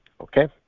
okay